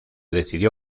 decidió